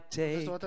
take